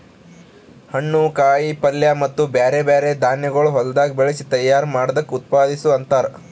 ಹಣ್ಣು, ಕಾಯಿ ಪಲ್ಯ ಮತ್ತ ಬ್ಯಾರೆ ಬ್ಯಾರೆ ಧಾನ್ಯಗೊಳ್ ಹೊಲದಾಗ್ ಬೆಳಸಿ ತೈಯಾರ್ ಮಾಡ್ದಕ್ ಉತ್ಪಾದಿಸು ಅಂತಾರ್